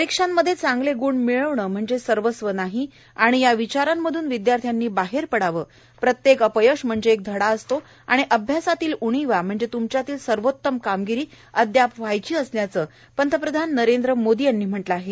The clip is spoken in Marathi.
परीक्षांमध्ये चांगले ग्ण मिळवणं म्हणजेच सर्वस्व नाही आणि या विचारांमधून विद्याथ्यांनी बाहेर पडावं प्रत्येक अपयश म्हणजे एक धडा असतो आणि अभ्यासातील उणीवा म्हणजे त्मच्यातील सर्वोतम कामगिरी अद्याप व्हायची असल्याचं पंतप्रधान नरेंद्र मोदी यांनी म्हटलं आहे